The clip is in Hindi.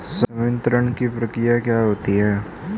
संवितरण की प्रक्रिया क्या होती है?